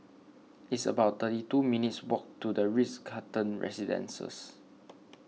it's about thirty two minutes' walk to the Ritz Carlton Residences